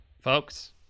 folks